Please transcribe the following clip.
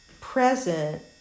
present